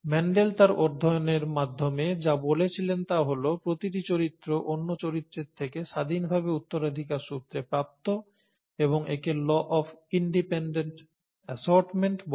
Mendel তাঁর অধ্যয়নের মাধ্যমে যা বলেছিলেন তা হল প্রতিটি চরিত্র অন্য চরিত্রের থেকে স্বাধীনভাবে উত্তরাধিকার সূত্রে প্রাপ্ত এবং একে 'ল অফ ইন্ডিপেন্ডেন্ট অ্যাশর্টমেন্ট' বলে